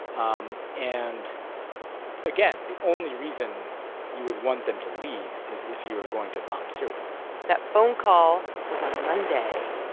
um and again, again, the only reason you would want them to leave is if you were going to bomb syria that phone call was on a monday.